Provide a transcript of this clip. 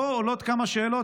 פה עולות כמה שאלות,